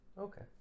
Okay